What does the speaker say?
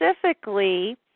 specifically